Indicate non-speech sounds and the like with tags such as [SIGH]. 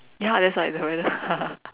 ya that's why the weather [LAUGHS]